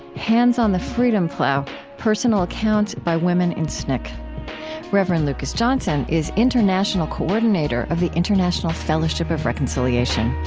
hands on the freedom plow personal accounts by women in sncc reverend lucas johnson is international coordinator of the international fellowship of reconciliation